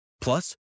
Plus